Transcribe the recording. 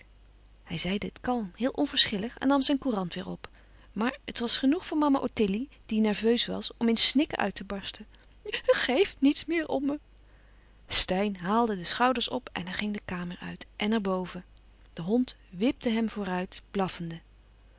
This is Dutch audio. hij zeide het kalm heel onverschillig en nam zijn courant weêr op maar het was genoeg voor mama ottilie die nerveus was om in snikken uit te barsten je geeft nièts meer om me steyn haalde de schouders op en hij ging de kamer uit en naar boven de hond wipte hem vooruit blaffende